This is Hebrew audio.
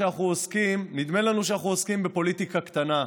שנדמה לנו שאנחנו עוסקים בפוליטיקה קטנה,